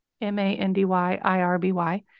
M-A-N-D-Y-I-R-B-Y